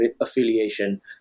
affiliation